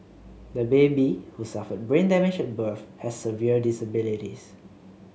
the baby who suffered brain damage at birth has severe disabilities